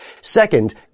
Second